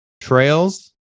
trails